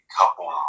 couple